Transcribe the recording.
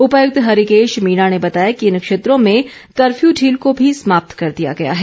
उपायुक्त हरिकेश मीणा ने बताया कि इन क्षेत्रों में कर्फ्यू ढील को भी समाप्त कर दिया गया है